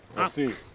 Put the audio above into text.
i'll see you.